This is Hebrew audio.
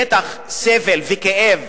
בטח סבל וכאב